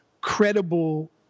credible